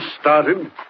started